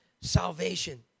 salvation